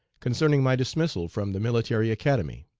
concerning my dismissal from the military academy.